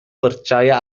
percaya